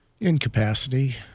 Incapacity